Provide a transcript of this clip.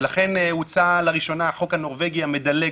לכן הוצע לראשונה "החוק הנורווגי המדלג",